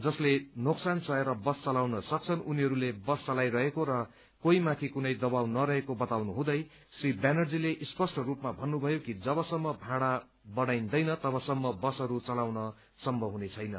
जसले नोकसान सहेर बस चलाउन सक्छन् उनीहरूले बस चलाइरहेको र कोही माथि कुनै दबाव नरहेको बताउनुहुँदै श्री व्यानजीले स्पष्ट रूपमा भन्नुभयो कि जवसम्म भाँडा बढ़ाइन्दैन तवसम्म बसहरू चलाउन सम्भव हुनेछैन